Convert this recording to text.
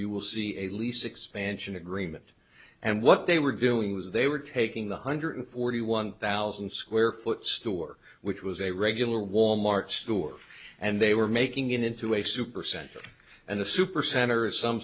you will see a lease expansion agreement and what they were doing was they were taking the hundred forty one thousand square foot store which was a regular wal mart store and they were making it into a super center and the super center is some